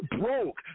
broke